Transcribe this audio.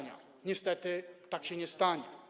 Niestety tak się nie stanie.